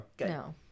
no